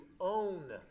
own